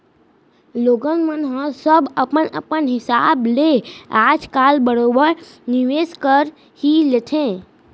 लोगन मन ह सब अपन अपन हिसाब ले आज काल बरोबर निवेस कर ही लेथे